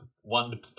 one